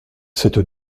cette